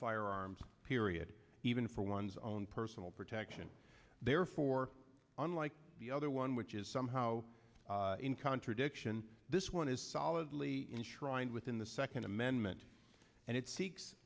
firearms period even for one's own personal protection therefore unlike the other one which is somehow in contradiction this one is solidly enshrined within the second amendment and it